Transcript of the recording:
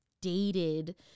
dated